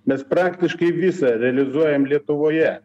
mes praktiškai visą realizuojam lietuvoje